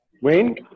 Wayne